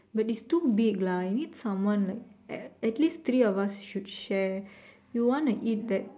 but it's too big lah I need someone like at at least three of us should share you want to eat that